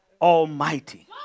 almighty